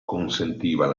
consentiva